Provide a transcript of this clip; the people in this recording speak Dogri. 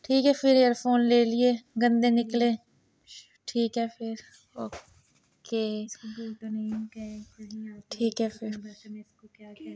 ठीक ऐ फिर एयरफोन लेई लेए गंदे निकले ठीक ऐ फिर ओके